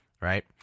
Right